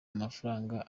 amafaranga